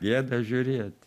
gėda žiūrėt